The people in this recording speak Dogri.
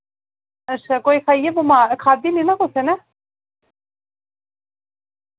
अच्छा कोई खाइयै बमार खाद्धी नि ना कुसै नै